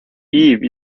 eve